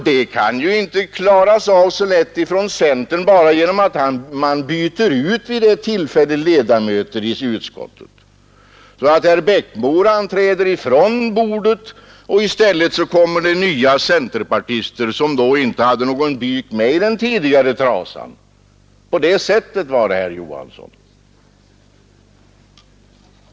Det kan centern inte klara av så lätt, att man vid det tillfället bara byter ut ledamöter i utskottet, så att herr Eriksson i Bäckmora träder ifrån bordet och det i stället kommer in nya centerpartister som inte hade någon trasa med i den tidigare byken. På det sättet var det, herr Johansson!